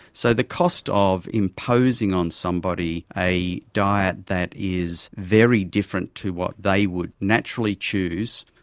so the cost of imposing on somebody a diet that is very different to what they would naturally choose,